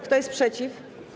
Kto jest przeciw?